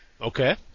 Okay